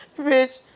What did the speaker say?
Bitch